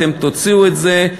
אתם תוציאו את זה,